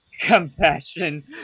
compassion